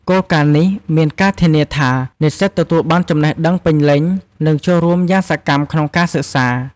គោលការណ៍នេះមានការធានាថា និស្សិតទទួលបានចំណេះដឹងពេញលេញ និងចូលរួមយ៉ាងសកម្មក្នុងការសិក្សា។